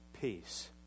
peace